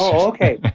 so okay.